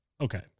Okay